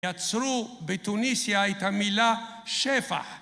ייצרו בטוניסיה את המילה שפך